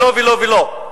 ולא ולא ולא.